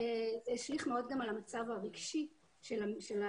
זה גם השליך מאוד על המצב הרגשי של המשפחות,